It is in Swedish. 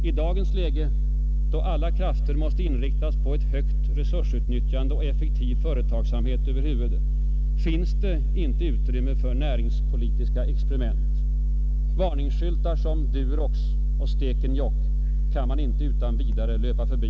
I dagens läge, då alla krafter måste inriktas på ett högt resursutnyttjande och effektiv företagsamhet över huvud, finns det inte utrymme för näringspolitiska experiment. Varningsskyltar som Durox och Stekenjokk kan man inte utan vidare löpa förbi.